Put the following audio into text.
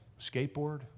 Skateboard